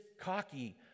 cocky